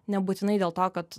nebūtinai dėl to kad